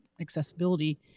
accessibility